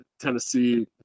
Tennessee